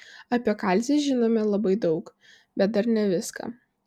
apie kalcį žinome labai daug bet dar ne viską